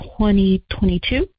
2022